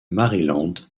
maryland